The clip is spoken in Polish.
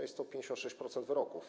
Jest to 56% wyroków.